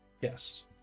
yes